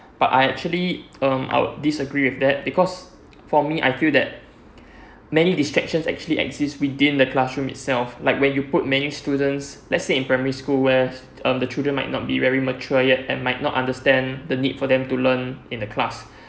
but I actually um I would disagree with that because for me I feel that many distractions actually exist within the classroom itself like when you put many students let's say in primary school where's uh the children might not be very mature yet and might not understand the need for them to learn in the class